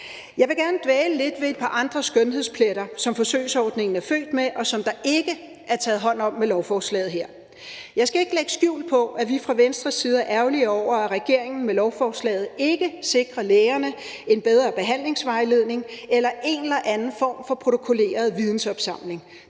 Jeg vil gerne dvæle lidt ved et par andre skønhedspletter, som forsøgsordningen er født med, og som der ikke er taget hånd om med lovforslaget her. Jeg skal ikke lægge skjul på, at vi fra Venstres side er ærgerlige over, at regeringen med lovforslaget ikke sikrer lægerne en bedre behandlingsvejledning eller en eller anden form for protokolleret vidensopsamling.